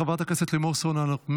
חברת הכנסת מירב כהן,